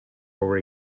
over